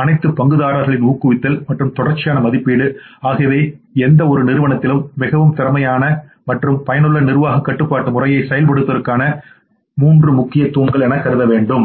அனைத்து பங்குதாரர்களின் ஊக்குவித்தல் மற்றும் தொடர்ச்சியான மதிப்பீடு ஆகியவைஎந்தவொரு நிறுவனத்திலும்மிகவும் திறமையானமற்றும் பயனுள்ளநிர்வாக கட்டுப்பாட்டு முறையைசெயல்படுத்துவதற்கான மூன்று முக்கியமான தூண்கள்ஆகும்